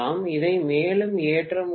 இதை மேலும் ஏற்ற முடியாது